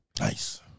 Nice